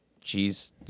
cheese